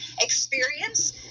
experience